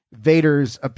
Vader's